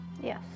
Yes